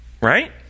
Right